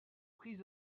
prises